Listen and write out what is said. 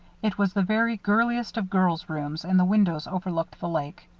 it was the very girliest of girl's rooms and the windows overlooked the lake.